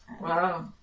Wow